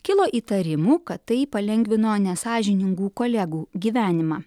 kilo įtarimų kad tai palengvino nesąžiningų kolegų gyvenimą